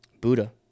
Buddha